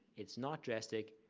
it's not drastic,